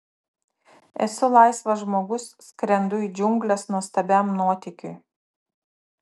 esu laisvas žmogus skrendu į džiungles nuostabiam nuotykiui